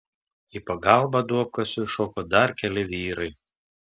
į pagalbą duobkasiui šoko dar keli vyrai